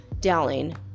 Dowling